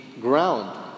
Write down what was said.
ground